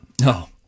No